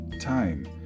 time